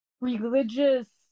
religious